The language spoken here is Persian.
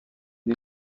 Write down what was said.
این